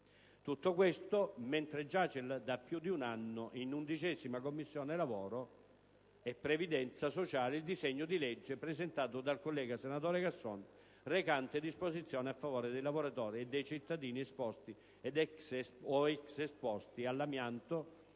Tutto questo mentre giace da più di un anno in Commissione lavoro e previdenza sociale il disegno di legge, presentato dal collega senatore Casson, recante disposizioni a favore dei lavoratori e dei cittadini esposti ed ex esposti all'amianto